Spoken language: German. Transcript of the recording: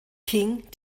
king